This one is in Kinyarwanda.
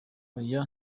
oya